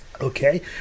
Okay